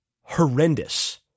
horrendous